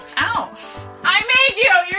ow i made you!